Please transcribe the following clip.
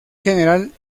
general